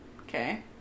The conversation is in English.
Okay